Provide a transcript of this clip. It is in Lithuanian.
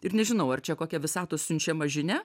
ir nežinau ar čia kokia visatos siunčiama žinia